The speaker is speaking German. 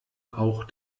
auch